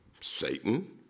Satan